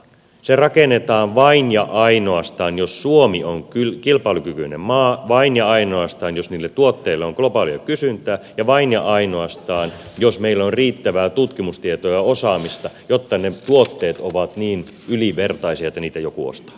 se rakennetaan vain ja ainoastaan jos suomi on kilpailukykyinen maa vain ja ainoastaan jos niille tuotteille on globaalia kysyntää ja vain ja ainoastaan jos meillä on riittävää tutkimustietoa ja osaamista jotta ne tuotteet ovat niin ylivertaisia että niitä joku ostaa